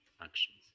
actions